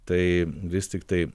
tai vis tiktai